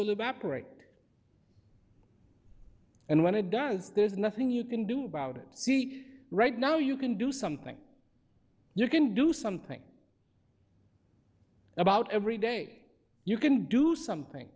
will evaporate and when it does there is nothing you can do about it see right now you can do something you can do something about every day you can do something